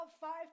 five